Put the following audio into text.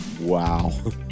Wow